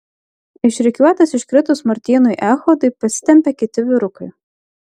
iš rikiuotės iškritus martynui echodui pasitempė kiti vyrukai